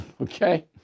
Okay